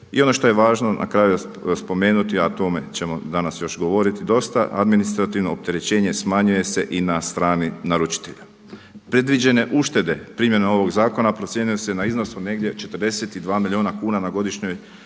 i ono što je važno na kraju spomenuti, a o tome ćemo još danas govoriti dosta, administrativno opterećenje smanjuje se i na strani naručitelja. Predviđene uštede primjenom ovog zakona procjenjuje se na iznos od negdje 42 milijuna kuna na godišnjoj